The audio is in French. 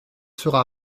sera